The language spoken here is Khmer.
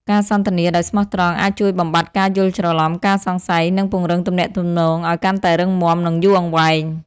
ការសន្ទនាដោយស្មោះត្រង់អាចជួយបំបាត់ការយល់ច្រឡំ ការសង្ស័យ និងពង្រឹងទំនាក់ទំនងឱ្យកាន់តែរឹងមាំ និងយូរអង្វែង។